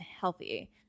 healthy